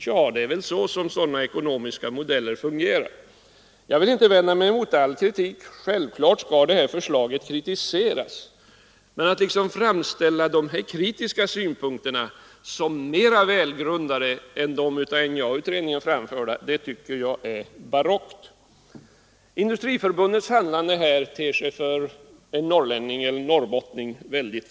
Ja, det är väl på detta sätt sådana ekonomiska modeller fungerar. Jag vill inte vända mig mot all kritik — självfallet skall det här förslaget kritiseras. Men att liksom framställa dessa kritiska synpunkter som mera välgrundade än de av NJA-utredningen framförda tycker jag är barockt. Industriförbundets handlande här ter sig för en norrbottning högst märkligt.